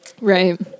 right